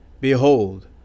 Behold